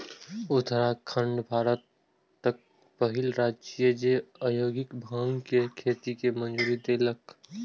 उत्तराखंड भारतक पहिल राज्य छियै, जे औद्योगिक भांग के खेती के मंजूरी देलकै